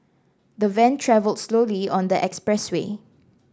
the van travelled slowly on the expressway